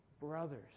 brothers